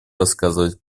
рассказать